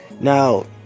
Now